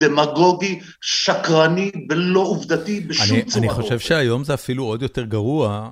דמגוגי, שקרני, ולא עובדתי בשום צורה. אני.. אני חושב שהיום זה אפילו עוד יותר גרוע.